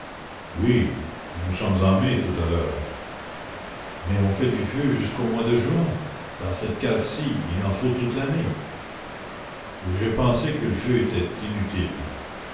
oui nous sommes en mai tout à l'heure mais on fait du feu jusqu'au mois de juin dans cette cave ci il en faut toute l'année j'ai pensé que le feu était inutile